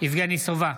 יבגני סובה,